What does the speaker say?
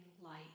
light